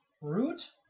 root